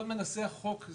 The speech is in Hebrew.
כל מנסחי החוק,